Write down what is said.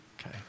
okay